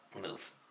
move